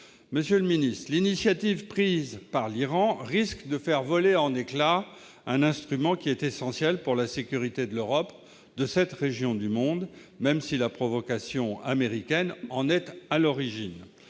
en récession. L'initiative prise par l'Iran risque de faire voler en éclat un instrument essentiel pour la sécurité de l'Europe, de la région et du monde, même si la provocation américaine en est à l'origine.